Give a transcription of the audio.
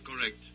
correct